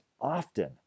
often